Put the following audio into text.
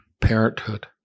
parenthood